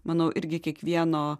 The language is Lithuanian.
manau irgi kiekvieno